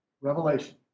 Revelation